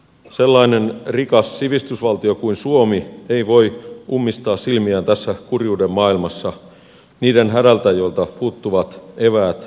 sellainen rikas sivistysvaltio kuin suomi ei voi ummistaa silmiään tässä kurjuuden maailmassa niiden hädältä joilta puuttuvat eväät ihmisarvoiseen elämään